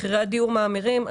מחירי הדיור מאמירים.